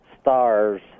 stars